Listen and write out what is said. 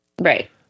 Right